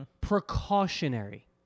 Precautionary